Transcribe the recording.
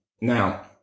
Now